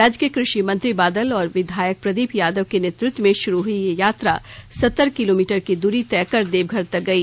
राज्य के कृषि मंत्री बादल और विधायक प्रदीप यादव के नेतृत्व में शुरू हुई यह यात्रा सत्तर किलोमीटर की दूरी तय कर देवघर तक गई